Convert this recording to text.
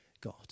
God